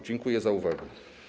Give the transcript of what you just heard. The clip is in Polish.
Dziękuję za uwagę.